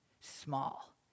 small